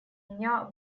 меня